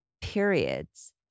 periods